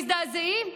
מזדעזעים,